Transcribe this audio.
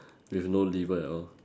with no liver at all